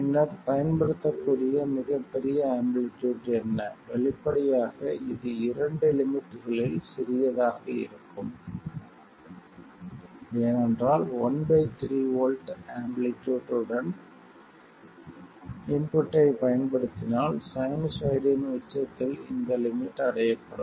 பின்னர் பயன்படுத்தக்கூடிய மிகப்பெரிய ஆம்ப்ளிடியூட் என்ன வெளிப்படையாக இது இரண்டு லிமிட்களில் சிறியதாக இருக்கும் ஏனென்றால் one by three volt amplitude உடன் இன்புட்டைப் பயன்படுத்தினால் சைனூசாய்டின் உச்சத்தில் இந்த லிமிட் அடையப்படும்